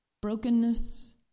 brokenness